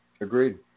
Agreed